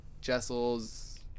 Jessel's